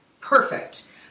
perfect